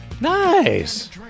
Nice